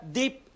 deep